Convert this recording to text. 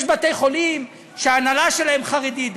יש בתי-חולים שההנהלה שלהם חרדית.